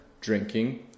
drinking